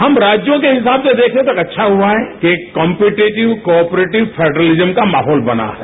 हम राज्यों के हिसाब से देखें तो अच्छा हुआ है एक कॉम्पिटेटिव कॉपरेटिव फेडरलिजम का माहौल बना है